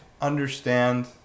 understand